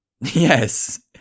yes